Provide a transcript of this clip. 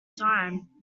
time